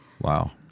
Wow